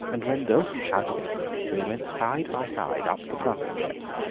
and when doulton shouted at them they went side by side up the front steps,